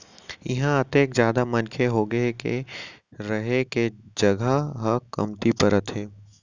इहां अतेक जादा मनखे होगे हे के रहें के जघा ह कमती परत हे